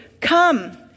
come